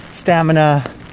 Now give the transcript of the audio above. Stamina